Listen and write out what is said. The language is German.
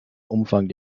umfang